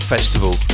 Festival